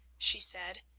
she said,